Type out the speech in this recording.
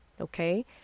okay